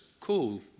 Cool